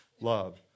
love